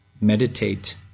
Meditate